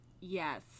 yes